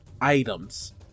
items